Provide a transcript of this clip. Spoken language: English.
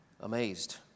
amazed